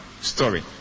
story